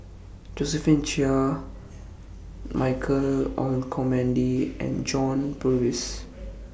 Josephine Chia Michael Olcomendy and John Purvis